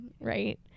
right